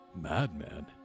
Madman